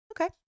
Okay